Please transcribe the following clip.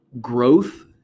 growth